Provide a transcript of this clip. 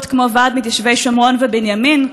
כמו ועד מתיישבי שומרון ובנימין,